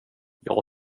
jag